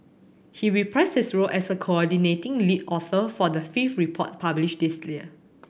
he reprised his role as a coordinating lead author for the fifth report published this year